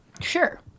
Sure